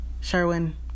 Sherwin